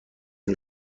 این